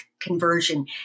conversion